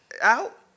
Out